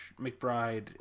McBride